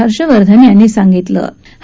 हर्षवर्धन यांनी सांगितलं आहे